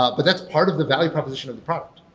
ah but that's part of the value proposition of the problems.